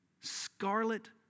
scarlet